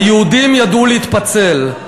היהודים ידעו להתפצל.